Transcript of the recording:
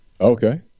Okay